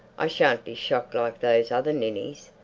i shan't be shocked like those other ninnies.